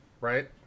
right